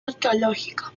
arqueológico